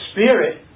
Spirit